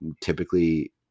typically